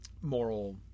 moral